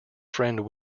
friend